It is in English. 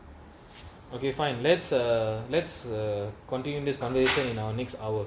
okay fine let's uh let's uh continuing this condition in our next hour